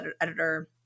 editor